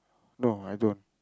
no I don't